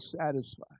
satisfied